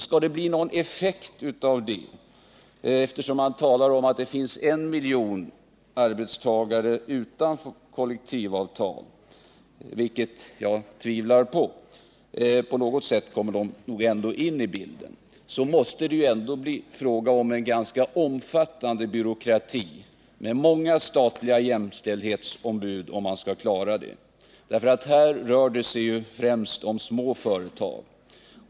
Skall det bli någon effekt av detta — man talar ju om att det finns en miljon arbetstagare utan kollektivavtal, vilket jag tvivlar på, eftersom de nog på något sätt ändå kommer in i bilden — måste det dock bli fråga om en ganska omfattande byråkrati med många statliga jämställdhetsombud. Annars klarar man det inte. Här rör det sig främst om små företag.